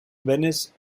venice